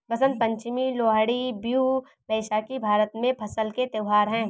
बसंत पंचमी, लोहड़ी, बिहू, बैसाखी भारत में फसल के त्योहार हैं